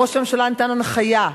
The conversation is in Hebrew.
ראש הממשלה נתן הנחיה,